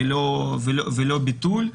ולא ביטול.